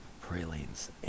pralines